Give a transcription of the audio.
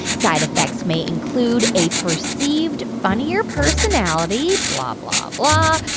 side effects may include a perceived funnier personality blah blah blah.